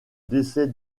décès